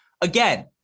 again